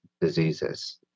diseases